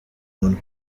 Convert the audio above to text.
munwa